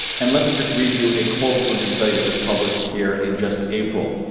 and let me just read you a quote from the study that was published here in just april.